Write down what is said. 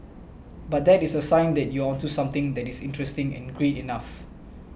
but that is a sign that you are onto something that is interesting and great enough